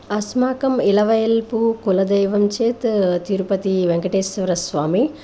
अस्माकम् इलवयल्पु कुलदैवं चेत् तिरुपति वेङ्कटेश्वरस्वामि